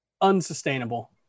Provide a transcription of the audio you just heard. Unsustainable